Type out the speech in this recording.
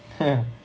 ha